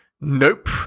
Nope